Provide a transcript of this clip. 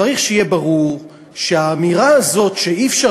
צריך שיהיה ברור שהאמירה הזאת שאי-אפשר